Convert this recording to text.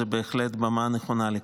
זה בהחלט במה נכונה לכך.